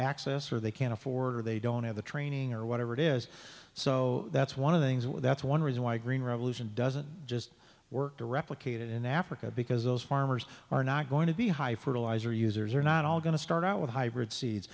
access or they can't afford or they don't have the training or whatever it is so that's one of the things that's one reason why green revolution doesn't just work to replicate it in africa because those farmers are not going to be high fertiliser users are not all going to start out with hybrid seeds